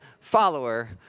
follower